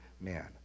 man